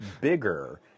bigger